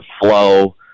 flow